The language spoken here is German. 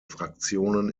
fraktionen